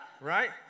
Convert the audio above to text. Right